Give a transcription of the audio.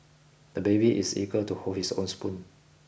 the baby is eager to hold his own spoon